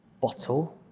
bottle